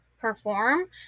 perform